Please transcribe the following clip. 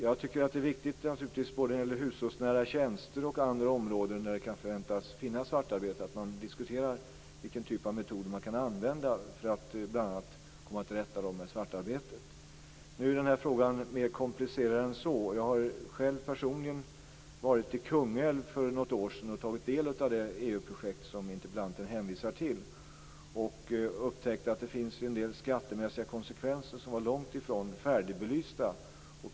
Jag tycker naturligtvis att det är viktigt både när det gäller hushållsnära tjänster och andra områden där det kan förväntas finnas svartarbete att man diskuterar vilken typ av metoder man kan använda sig av för att bl.a. komma till rätta med svartarbetet. Nu är den här frågan mer komplicerad än så. Jag har själv varit i Kungälv för något år sedan och tagit del av det EU projekt som interpellanten hänvisar till. Jag upptäckte att det fanns en del skattemässiga konsekvenser som var långt ifrån färdigbelysta.